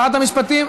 שרת המשפטים,